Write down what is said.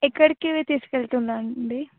ఎక్కడికి తీసుకెళ్తున్నారండి